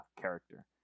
character